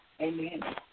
Amen